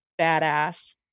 badass